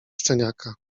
szczeniaka